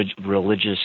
religious